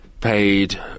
paid